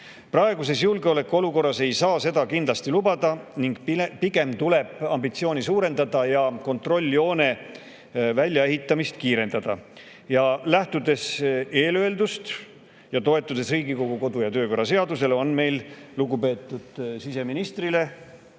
Praeguses julgeolekuolukorras ei saa seda kindlasti lubada ning pigem tuleb ambitsiooni suurendada ja kontrolljoone väljaehitamist kiirendada. Lähtudes eelöeldust ja toetudes Riigikogu kodu- ja töökorra seadusele, on meil lugupeetud siseministrile